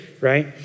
right